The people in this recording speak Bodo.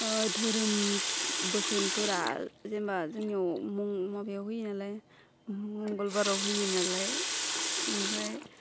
धोरोम बोसोनफोरा जेनबा जोंनियाव माबायाव होयो नालाय मंगलबाराव होयो नालाय ओमफाय